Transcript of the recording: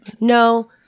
No